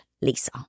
lisa